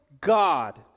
God